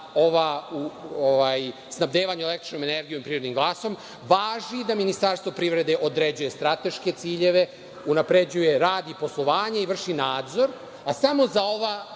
za snabdevanje električnom energijom i prirodnim gasom važi da Ministarstvo privrede određuje strateške ciljeve, unapređuje rad i poslovanje, i vrši nadzor, a samo za ova